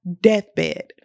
deathbed